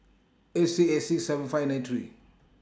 eight six eight six seven five nine three